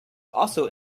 also